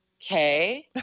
okay